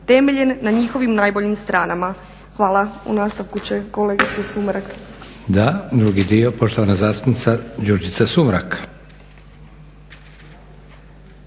temeljen na njihovim najboljim stranama. Hvala. U nastavku će kolegica Sumrak. **Leko, Josip (SDP)** Da, drugi dio poštovana zastupnica Đurđica Sumrak.